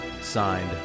signed